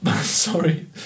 Sorry